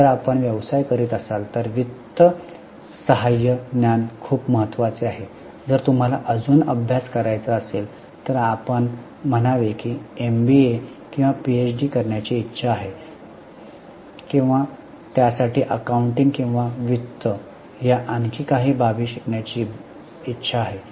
जर आपण व्यवसाय करीत असाल तर वित्त सहाय्य ज्ञान खूप महत्वाचे आहे जर तुम्हाला अजून अभ्यास करायचे असेल तर आपण म्हणावे की एमबीए किंवा पीएचडी करण्याची इच्छा आहे किंवा त्यासाठी अकाउंटिंग किंवा वित्त या आणखी काही बाबी शिकण्याची इच्छा आहे